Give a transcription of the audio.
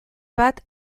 bat